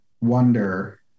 wonder